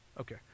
Okay